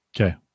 Okay